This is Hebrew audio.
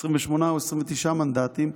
28 או 29 מנדטים,